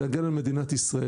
במדינת ישראל,